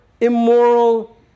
immoral